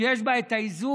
שיש בו את האיזון,